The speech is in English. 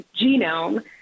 genome